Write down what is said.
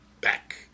back